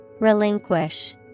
Relinquish